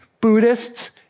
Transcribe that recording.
Buddhists